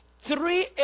three